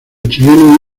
chileno